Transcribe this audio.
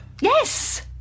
Yes